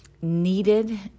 needed